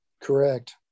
Correct